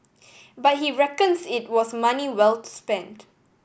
but he reckons it was money well spent